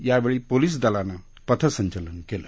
यावेळी पोलीस दलान पथसंचलन केलं